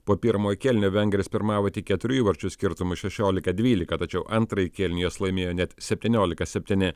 po pirmojo kėlinio vengrės pirmavo tik keturių įvarčių skirtumu šešiolika dvylika tačiau antrąjį kėlinį jos laimėjo net septyniolika septyni